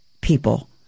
people